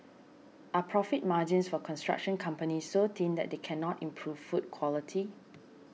are profit margins for construction companies so thin that they cannot improve food quality